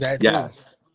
Yes